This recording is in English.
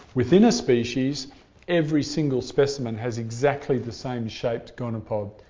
within a species every single specimen has exactly the same shaped gonopod,